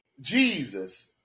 Jesus